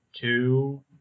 Two